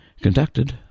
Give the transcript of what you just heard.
conducted